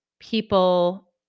People